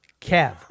Kev